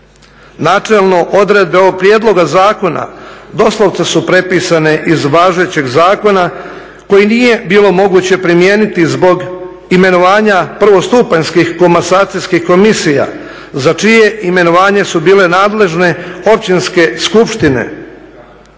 Načelno, odredbe ovog prijedloga zakona doslovce su prepisane iz važećeg zakona koji nije bilo moguće primijeniti zbog imenovanja prvostupanjskih komasacijskih komisija za čije imenovanje su bile nadležne općinske skupštine